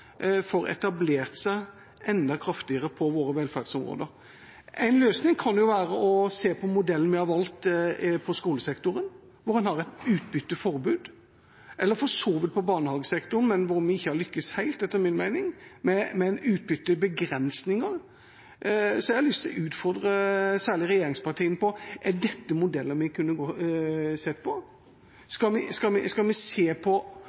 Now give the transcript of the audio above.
får etablert seg enda kraftigere på våre velferdsområder? En løsning kan være å se på modellen vi har valgt i skolesektoren, hvor man har et utbytteforbud, eller for så vidt i barnehagesektoren – hvor vi ikke har lyktes helt, etter min mening – med utbyttebegrensning. Så jeg har lyst til å utfordre særlig regjeringspartiene: Er dette modeller vi kunne sett på? Skal vi se på